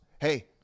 hey